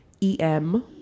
E-M